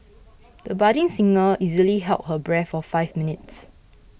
the budding singer easily held her breath for five minutes